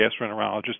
gastroenterologist